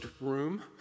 room